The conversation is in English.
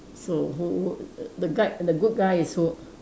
so who the guy the good guy is who